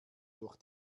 durch